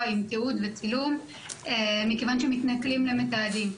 עם תיעוד וצילום מכיוון שמתנכלים למתעדים.